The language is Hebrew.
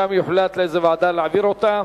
ושם יוחלט לאיזו ועדה להעביר אותה